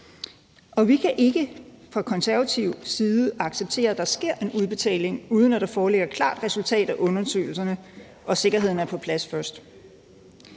side acceptere, at der sker en udbetaling, uden at der foreligger et klart resultat af undersøgelserne og sikkerheden er på plads først.